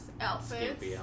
outfits